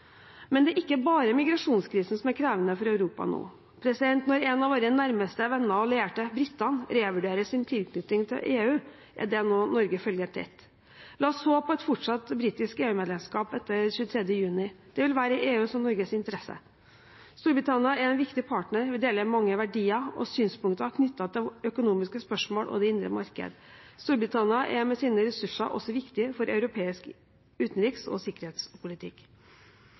Men det er ikke bare migrasjonskrisen som er krevende for Europa nå. Når en av våre nærmeste venner og allierte, britene, revurderer sin tilknytning til EU, er det noe Norge følger tett. La oss håpe på et fortsatt britisk EU-medlemskap etter 23. juni. Det vil være i EUs og Norges interesse. Storbritannia er en viktig partner. Vi deler mange verdier og synspunkter knyttet til økonomiske spørsmål og det indre marked. Storbritannia er med sine ressurser også viktig for europeisk utenriks- og sikkerhetspolitikk.